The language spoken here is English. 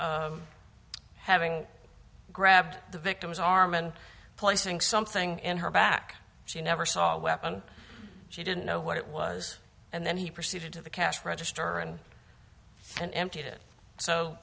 of having grabbed the victim's arm and placing something in her back she never saw a weapon she didn't know what it was and then he proceeded to the cash register and then emptied it so